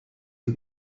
can